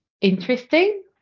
interesting